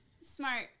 Smart